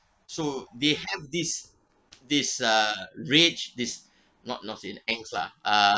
so they have this this uh rage this not not in angst lah uh